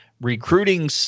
Recruiting –